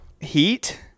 Heat